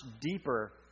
deeper